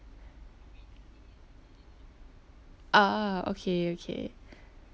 ah okay okay